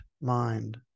mind